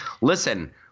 Listen